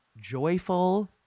joyful